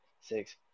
six